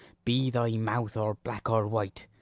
be thy mouth or black or white,